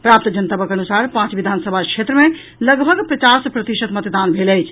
प्राप्त जनतबक अनुसार पांच विधानसभा क्षेत्र मे लगभग पचास प्रतिशत मतदान भेल अछि